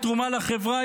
בתרומה לחברה,